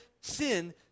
sin